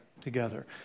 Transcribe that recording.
together